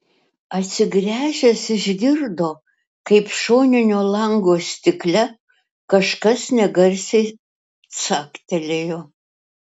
atsigręžęs išgirdo kaip šoninio lango stikle kažkas negarsiai caktelėjo